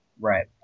Right